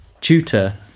tutor